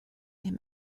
him